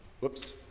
Whoops